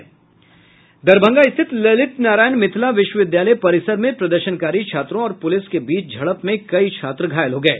दरभंगा स्थित ललित नारायण मिथिला विश्वविद्यालय परिसर में प्रदर्शनकारी छात्रों और पुलिस के बीच झड़प में कई छात्र घायल हो गये